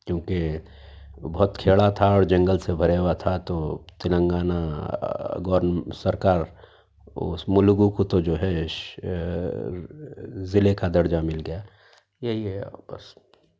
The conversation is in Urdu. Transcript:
کیونکہ بہت کھیڑا تھا اور جنگل سے بھرے ہُوا تھا تو تلنگانہ گوور سرکار اُس ملگوں کو تو جو ہے ضلعے کا درجہ مِل گیا یہی ہے اور بس